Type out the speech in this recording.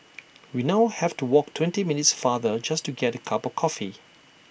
we now have to walk twenty minutes farther just to get A cup coffee